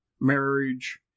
marriage